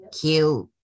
cute